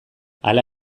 hala